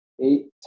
eight